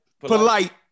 Polite